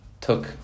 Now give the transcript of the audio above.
took